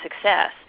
success